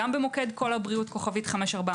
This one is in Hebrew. גם במוקד קול הבריאות *5400,